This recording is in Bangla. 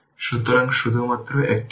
সুতরাং শুধুমাত্র একটি ডিপেন্ডেন্ট সোর্স আছে